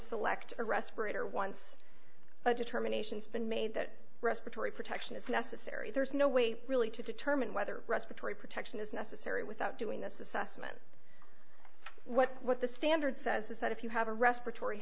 select a respirator once a determination has been made that respiratory protection is necessary there is no way really to determine whether respiratory protection is necessary without doing this assessment what what the standard says is that if you have a respiratory